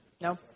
No